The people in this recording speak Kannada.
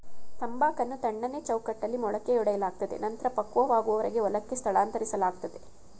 ತಂಬಾಕನ್ನು ತಣ್ಣನೆ ಚೌಕಟ್ಟಲ್ಲಿ ಮೊಳಕೆಯೊಡೆಯಲಾಗ್ತದೆ ನಂತ್ರ ಪಕ್ವವಾಗುವರೆಗೆ ಹೊಲಕ್ಕೆ ಸ್ಥಳಾಂತರಿಸ್ಲಾಗ್ತದೆ